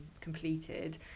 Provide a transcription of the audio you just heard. completed